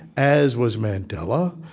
as was mandela,